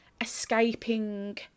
escaping